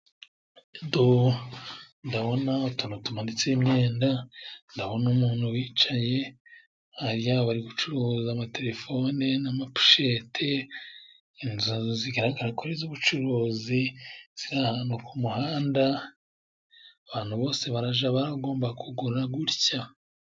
Do ndabona utuntu tumanitseho imyenda, ndabona umuntu wicaye. Hariya bari gucuruza amatelefone n'amaposhete. Inzu zigaragara ko ari iz'ubucuruzi ziri ahantu ku muhanda, abantu bose baraja baragomba kugura gutya.